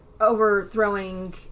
overthrowing